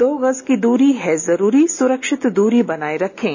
दो गज की दूरी है जरूरी सुरक्षित दूरी बनाए रखें